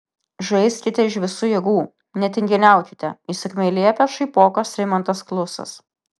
žaiskite iš visų jėgų netinginiaukite įsakmiai liepia šaipokas rimantas klusas